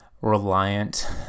reliant